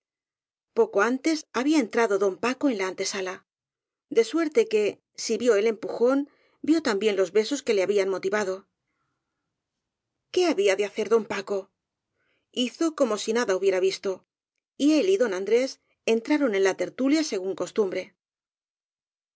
poco antes había entrado don paco en la an tesala de suerte que si vió el empujón vió tam bién los besos que le habían motivado qué había de hacer don paco hizo como si nada hubiera visto y él y don andrés entraron en la tertulia según costumbre